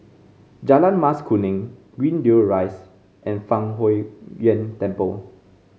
Jalan Mas Kuning Greendale Rise and Fang Huo Yuan Temple